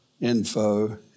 info